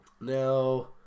Now